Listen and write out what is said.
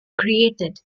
created